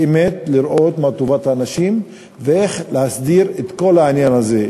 באמת לראות מה טובת האנשים ואיך להסדיר את כל העניין הזה,